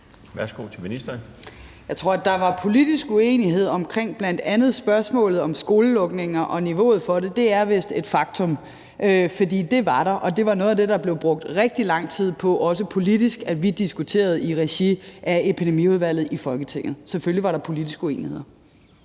Jeg tror, der var politisk uenighed om bl.a. spørgsmålet om skolelukninger og niveauet for det. Det er vist et faktum, for det var der, og det var noget af det, vi brugte rigtig lang tid på, også politisk, at diskutere i regi af Epidemiudvalget i Folketinget – selvfølgelig var der politiske uenigheder.